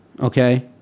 okay